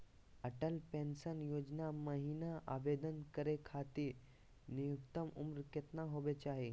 Atal pension योजना महिना आवेदन करै खातिर न्युनतम उम्र केतना होवे चाही?